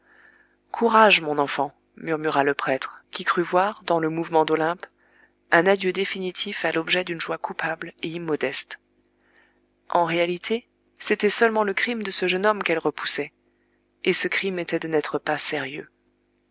courage mon enfant murmura le prêtre qui crut voir dans le mouvement d'olympe un adieu définitif à l'objet d'une joie coupable et immodeste en réalité c'était seulement le crime de ce jeune homme qu'elle repoussait et ce crime était de n'être pas sérieux